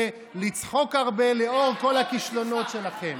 ולצחוק הרבה לאור כל הכישלונות שלכם.